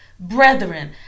Brethren